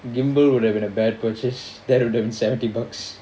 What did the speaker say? gimbal would have been a bad purchase that would have been seventy bucks